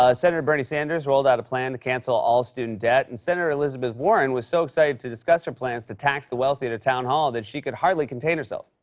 ah senator bernie sanders rolled out a plan to cancel all student debt. and senator elizabeth warren was so excited to discuss her plans to tax the wealthy at a town hall that she could hardly contain herself.